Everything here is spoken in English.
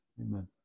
amen